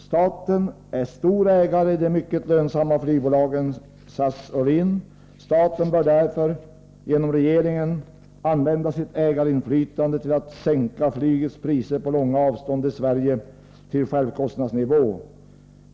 Staten är stor ägare i de mycket lönsamma flygbolagen SAS och LIN. Staten bör genom regeringen använda sitt ägarinflytande till att sänka flygets priser på långa avstånd i Sverige till självkostnadsnivå.